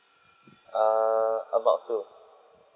err about two